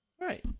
right